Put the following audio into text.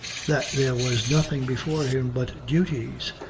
that there was nothing before him but duties,